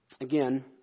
again